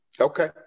Okay